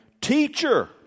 Teacher